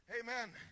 Amen